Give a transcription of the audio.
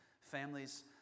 families